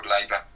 labour